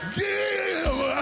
give